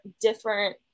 different